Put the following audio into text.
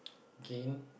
gained